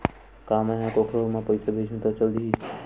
का मै ह कोखरो म पईसा भेजहु त चल देही?